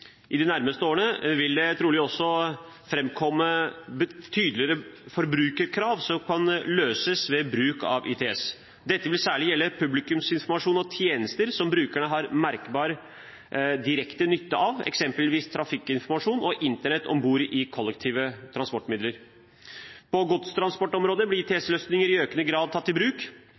I de nærmeste årene vil det trolig også framkomme tydeligere forbrukerkrav som kan løses ved bruk av ITS. Dette vil særlig gjelde publikumsinformasjon og tjenester som brukerne har merkbar direkte nytte av – eksempelvis trafikkinformasjon og Internett om bord i kollektive transportmidler. På godstransportområdet blir